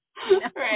Right